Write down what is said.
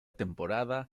temporada